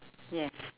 yes